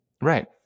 Right